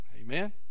amen